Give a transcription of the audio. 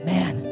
Man